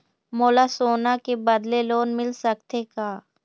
मोला सोना के बदले लोन मिल सकथे का?